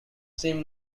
seem